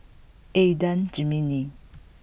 Adan Jimenez